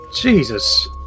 Jesus